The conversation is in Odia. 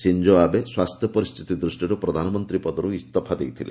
ସିଞ୍ଜୋ ଆବେ ସ୍ୱାସ୍ଥ୍ୟ ପରିସ୍ଥିତି ଦୃଷ୍ଟିରୁ ପ୍ରଧାନମନ୍ତ୍ରୀ ପଦର୍ ଇସ୍ତଫା ଦେଇଥିଲେ